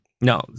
no